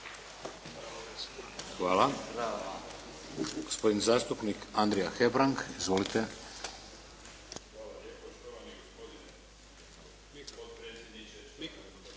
(HDZ)** Hvala. Gospodin zastupnik Andrija Hebrang. Izvolite. **Hebrang,